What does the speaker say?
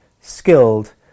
skilled